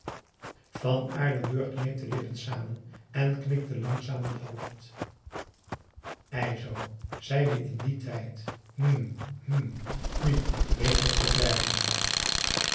van aardenburg kneep de lippen samen en knikte langzaam met het hoofd p a daum hoe hij raad van indië werd onder ps maurits ei zo zijn we in dien tijd hm hm nu ik mocht het lijden